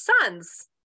sons